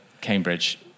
Cambridge